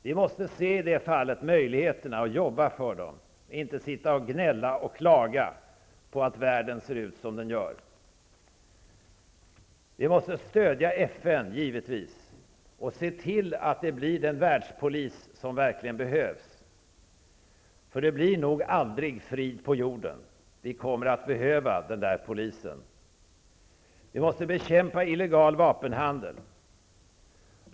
Vi måste i detta fall se möjligheterna och jobba för dem, inte sitta och gnälla och klaga på att världen ser ut som den gör. Vi måste givetvis stödja FN och se till att FN blir den världspolis som verkligen behövs, eftersom det nog aldrig blir frid på jorden. Vi kommer att behöva den polisen. Vi måste bekämpa illegal vapenhandel.